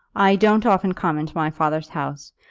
i don't often come into my father's house,